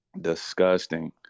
Disgusting